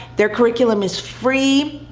their curriculum is free,